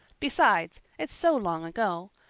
besides, it's so long ago.